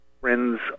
friends